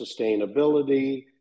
sustainability